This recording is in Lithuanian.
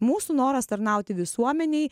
mūsų noras tarnauti visuomenei